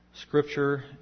Scripture